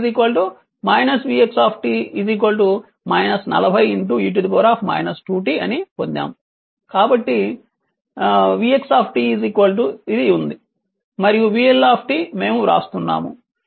vL vx 40e 2t అని పొందాము కాబట్టి కాబట్టి vx ఇది ఉంది మరియు vL మేము వ్రాస్తున్నాము